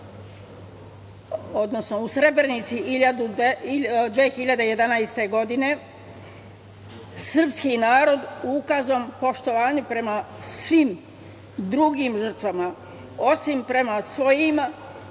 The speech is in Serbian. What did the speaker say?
o zločinu u Srebrenici od 2011. godine, srpski narod ukazao poštovanje prema svim drugim žrtvama, osim prema svojim,